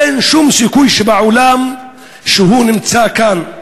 אין שום סיכוי שבעולם שהוא נמצא כאן.